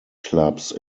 clubs